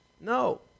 No